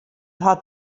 hat